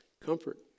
Comfort